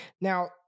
Now